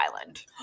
Island